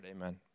Amen